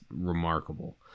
remarkable